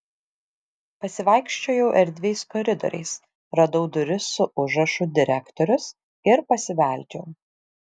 pasivaikščiojau erdviais koridoriais radau duris su užrašu direktorius ir pasibeldžiau